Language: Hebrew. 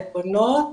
עלבונות,